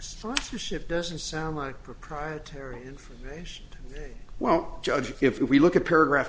sponsorship doesn't sound like proprietary information ok well judge if we look at paragraph